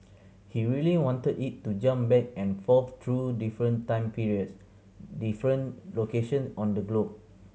he really wanted it to jump back and forth through different time periods different location on the globe